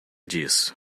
disso